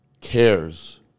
cares